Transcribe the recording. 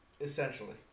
Essentially